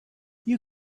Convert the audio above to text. you